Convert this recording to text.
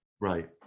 Right